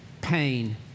pain